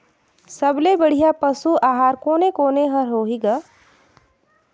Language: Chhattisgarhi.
सबले बढ़िया पशु आहार कोने कोने हर होही ग?